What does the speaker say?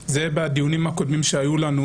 נושא שעלה בדיונים הקודמים שהיו לנו.